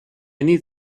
need